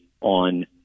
on